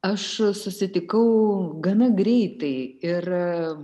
aš susitikau gana greitai ir